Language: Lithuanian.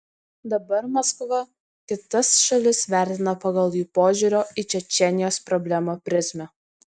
dabar maskva kitas šalis vertina pagal jų požiūrio į čečėnijos problemą prizmę